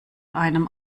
einem